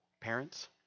Parents